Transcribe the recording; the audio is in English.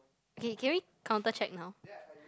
okay can we counter check now